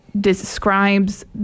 describes